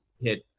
hit